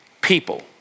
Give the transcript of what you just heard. people